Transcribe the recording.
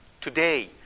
today